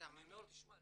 אני אומר לו תשמע,